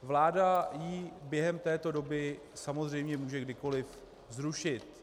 Vláda ji během této doby samozřejmě může kdykoli zrušit.